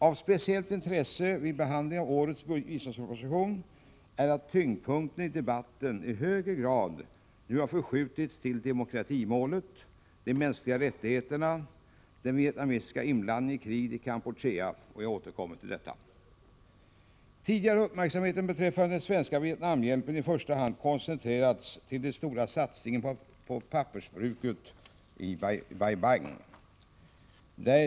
Av speciellt intresse vid behandlingen av årets biståndsproposition är att tyngdpunkten i debatten i någon mån har förskjutits till demokratimålet, de mänskliga rättigheterna och den vietnamesiska inblandningen i kriget i Kampuchea — jag återkommer till detta. Tidigare har uppmärksamheten beträffande den svenska Vietnamhjälpen i första hand koncentrerats till den stora satsningen på pappersbruket i Bai Bang.